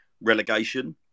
relegation